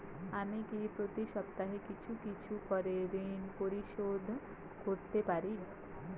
আমি কি প্রতি সপ্তাহে কিছু কিছু করে ঋন পরিশোধ করতে পারি?